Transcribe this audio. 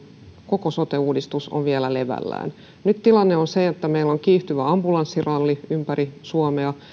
koko sote uudistus on vielä levällään nyt tilanne on se että meillä on kiihtyvä ambulanssiralli ympäri suomea